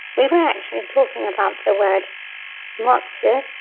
we were actually talking about the word motsu,